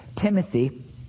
Timothy